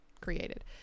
created